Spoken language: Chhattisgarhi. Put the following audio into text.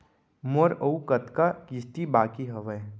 मोर अऊ कतका किसती बाकी हवय?